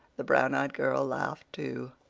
the brown-eyed girl laughed, too.